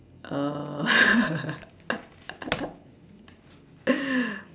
uh